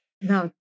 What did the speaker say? now